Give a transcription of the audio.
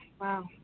Wow